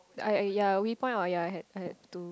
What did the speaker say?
I I ya we point out ya I had I had two